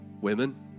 women